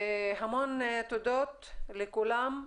המון תודות לכולם.